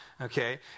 Okay